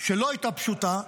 שלא הייתה פשוטה,